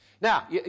Now